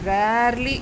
rarely